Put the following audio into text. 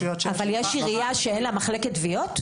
אבל יש עירייה שאין לה מחלקת תביעות?